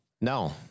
No